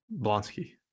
Blonsky